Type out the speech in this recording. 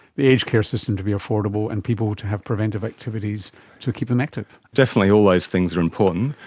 the aged care system to be affordable, and people to have preventative activities to keep them active. definitely all those things are important.